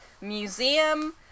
Museum